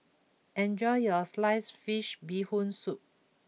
enjoy your Sliced Fish Bee Hoon Soup